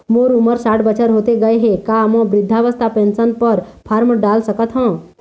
मोर उमर साठ बछर होथे गए हे का म वृद्धावस्था पेंशन पर फार्म डाल सकत हंव?